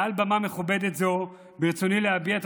מעל במה מכובדת זו ברצוני להביע את